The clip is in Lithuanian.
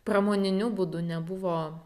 pramoniniu būdu nebuvo